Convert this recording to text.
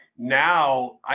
Now